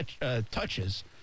touches